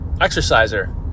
exerciser